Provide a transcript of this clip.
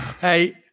Hey